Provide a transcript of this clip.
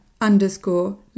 underscore